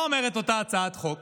מה אומרת אותה הצעת חוק?